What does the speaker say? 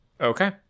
okay